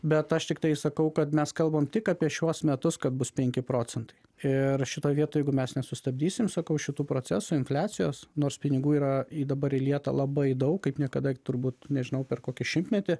bet aš tiktai sakau kad mes kalbam tik apie šiuos metus kad bus penki procentai ir šitoj vietoj jeigu mes nesustabdysim sakau šitų procesų infliacijos nors pinigų yra jei dabar įlieta labai daug kaip niekada turbūt nežinau per kokį šimtmetį